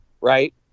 right